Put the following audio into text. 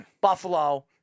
Buffalo